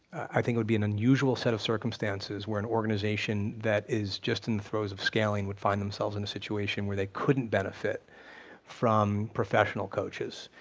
i think it would be an unusual set of circumstances where an organization that is just in the throws of scaling would find themselves in a situation where they couldn't benefit from professional coaches.